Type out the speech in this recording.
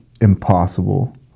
impossible